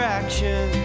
action